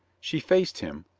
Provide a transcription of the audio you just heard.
she faced him,